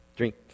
drink